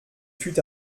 fût